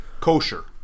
kosher